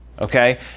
okay